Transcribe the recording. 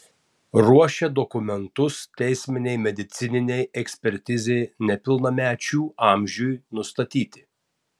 ruošia dokumentus teisminei medicininei ekspertizei nepilnamečių amžiui nustatyti